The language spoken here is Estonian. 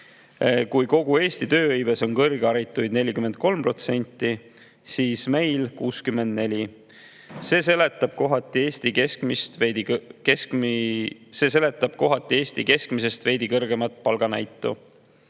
Kogu Eesti tööhõives on kõrgharituid 43%, aga meil on 64%. See seletab kohati Eesti keskmisest veidi kõrgemat palganäitu.